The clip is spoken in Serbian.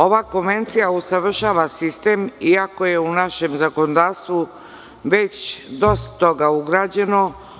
Ova konvencija usavršava sistem, iako je u našem zakonodavstvu već dosta toga ugrađeno.